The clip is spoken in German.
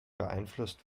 beeinflusst